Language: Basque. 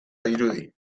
dirudi